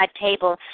table